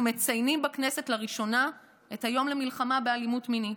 אנחנו מציינים בכנסת לראשונה את היום למלחמה באלימות מינית.